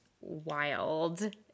wild